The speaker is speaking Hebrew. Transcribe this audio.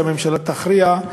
והממשלה תכריע,